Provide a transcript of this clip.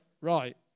right